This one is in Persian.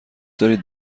دارید